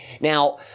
Now